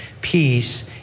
peace